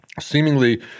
seemingly